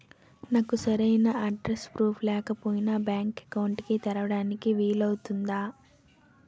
నాకు సరైన address proof లేకపోయినా బ్యాంక్ అకౌంట్ తెరవడానికి వీలవుతుందా?